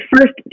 first